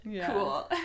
cool